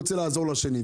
הוא רוצה לעזור לשני.